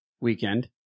weekend